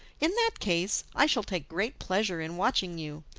in that case i shall take great pleasure in watching you.